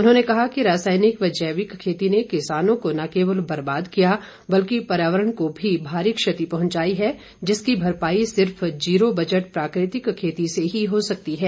उन्होंने कहा कि रासायनिक व जैविक खेती ने किसानों को न केवल बर्बाद किया बल्कि पर्यावरण को भी भारी क्षति पहुंचाई है जिसकी भरपाई सिर्फ जीरो बजट प्राकृतिक खेती से ही हो सकती है